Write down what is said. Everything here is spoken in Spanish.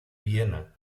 viena